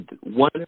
one